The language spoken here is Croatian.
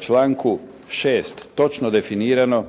članku 6. točno definirano